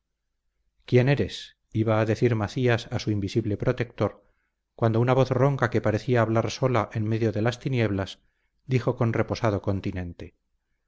quién eres iba a decir macías a su invisible protector cuando una voz ronca que parecía hablar sola en medio de las tinieblas dijo con reposado continente